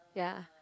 ya